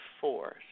force